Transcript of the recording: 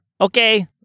Okay